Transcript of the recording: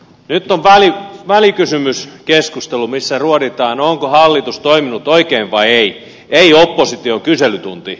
nyt on välikysymyskeskustelu missä ruoditaan onko hallitus toiminut oikein vai ei ei opposition kyselytunti